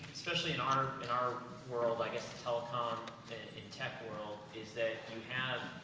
especially in um and our world, i guess, the telecom and tech world is that you have,